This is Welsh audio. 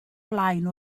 blaen